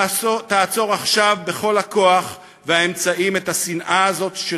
תעצור עכשיו בכל הכוח והאמצעים את השנאה הזאת,